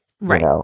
Right